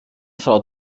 frau